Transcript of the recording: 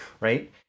right